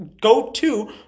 go-to